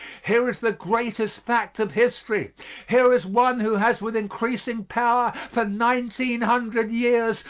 here is the greatest fact of history here is one who has with increasing power, for nineteen hundred years,